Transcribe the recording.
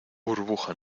burbuja